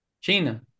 China